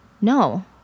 No